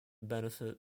benefit